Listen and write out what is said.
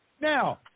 Now